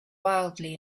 wildly